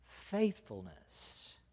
faithfulness